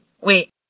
wait